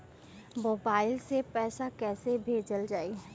Mobile से पैसा कैसे भेजल जाइ?